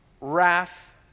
wrath